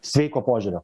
sveiko požiūrio